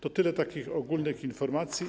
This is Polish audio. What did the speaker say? To tyle takich ogólnych informacji.